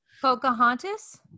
Pocahontas